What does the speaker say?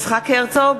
יצחק הרצוג,